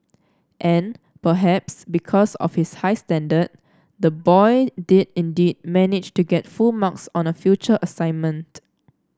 and perhaps because of his high standard the boy did indeed manage to get full marks on a future assignment